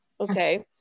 okay